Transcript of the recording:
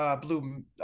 blue